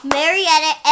Marietta